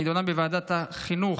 נדונה בוועדת החינוך,